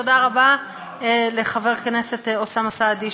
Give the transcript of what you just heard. תודה רבה לחבר הכנסת אוסאמה סעדי,